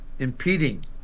Impeding